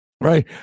right